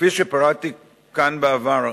כפי שפירטתי כאן בעבר,